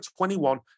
21